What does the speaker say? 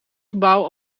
gebouw